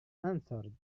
answered